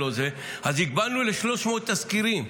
אז הגבלנו ל-300 תסקירים.